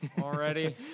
already